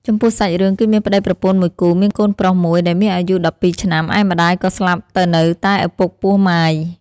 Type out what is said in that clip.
ចំពោះសាច់រឿងគឺមានប្ដីប្រពន្ធមួយគូមានកូនប្រុសមួយដែលមានអាយុ១២ឆ្នាំ ឯម្ដាយក៏ស្លាប់ទៅនៅតែឪពុកពោះម៉ាយ។